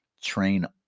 train